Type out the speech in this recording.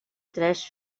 tres